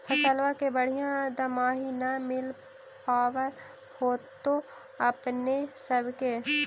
फसलबा के बढ़िया दमाहि न मिल पाबर होतो अपने सब के?